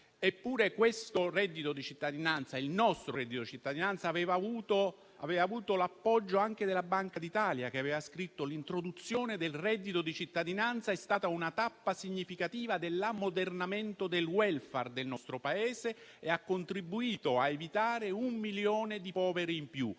Eppure questo reddito di cittadinanza, il nostro reddito di cittadinanza, aveva avuto l'appoggio anche della Banca d'Italia, che aveva scritto che l'introduzione del reddito di cittadinanza è stata una tappa significativa dell'ammodernamento del *welfare* del nostro Paese e ha contribuito a evitare un milione di poveri in più.